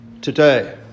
today